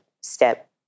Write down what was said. step